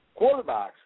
quarterbacks